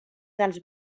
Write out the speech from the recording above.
dels